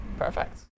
Perfect